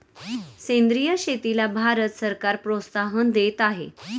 सेंद्रिय शेतीला भारत सरकार प्रोत्साहन देत आहे